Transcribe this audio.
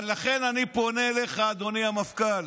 לכן, אני פונה אליך, אדוני המפכ"ל.